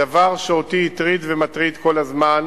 הדבר שאותי הטריד ומטריד כל הזמן